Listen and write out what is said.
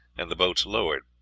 and the boats lowered.